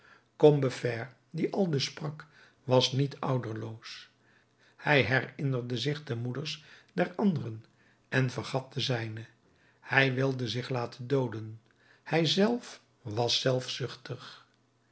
combeferre die aldus sprak was niet ouderloos hij herinnerde zich de moeders der anderen en vergat de zijne hij wilde zich laten dooden hij zelf was